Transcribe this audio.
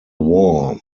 war